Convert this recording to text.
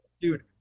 dude